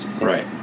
right